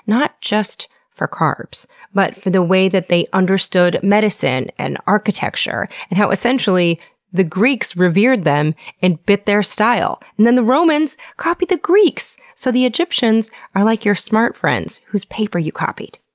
not just for carbs but for the way they understood medicine, and architecture, and how essentially the greeks revered them and bit their style. and then the romans copied the greeks! so the egyptians are like your smart friends whose paper you copied.